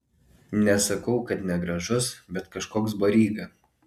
nesakau kad negražus bet kažkoks baryga